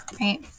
right